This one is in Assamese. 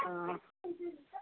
অ